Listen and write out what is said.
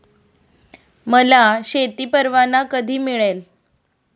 मला शेती परवाना कधी मिळेल?